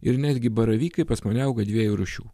ir netgi baravykai pas mane auga dviejų rūšių